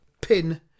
pin